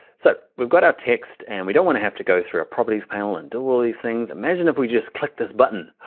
so we've got our text and we don't want to have to go through our properties panel and do all these things. imagine if we just clicked this button.